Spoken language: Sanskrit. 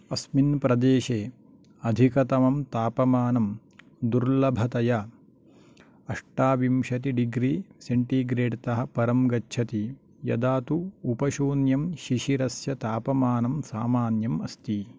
अस्मिन् प्रदेशे अधिकतमं तापमानं दुर्लभतया अष्टाविंशतिः डिग्री सेण्टिग्रेड् तः परं गच्छति यदा तु उपशून्यं शिशिरस्य तापमानं सामान्यम् अस्ति